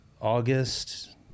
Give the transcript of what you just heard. August